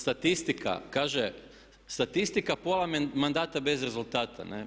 Statistika kaže: „Statistika pola mandata bez rezultata“